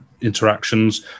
interactions